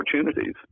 opportunities